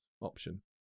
option